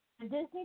Disney